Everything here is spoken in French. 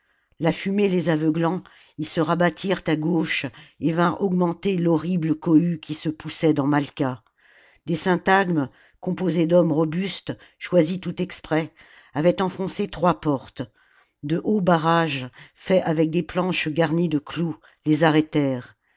la fumée les aveuglant ils se rabattirent à gauche et vinrent augmenter l'horrible cohue qui se poussait dans malqua des syntagrnes composés d'hommes robustes choisis tout exprès avaient enfoncé trois portes de hauts barrages faits avec des planches garnies de clous les